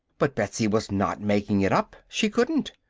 but betsy was not making it up. she couldn't.